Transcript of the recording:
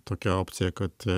tokia opcija kad